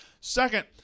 Second